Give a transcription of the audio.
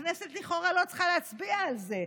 הכנסת לכאורה לא צריכה להצביע על זה,